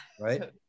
right